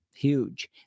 Huge